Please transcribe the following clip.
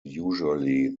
usually